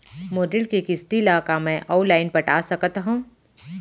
मोर ऋण के किसती ला का मैं अऊ लाइन पटा सकत हव?